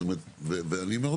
ושוב,